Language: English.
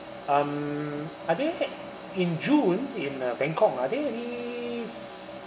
um I didn't get in june in uh bangkok are there any ce~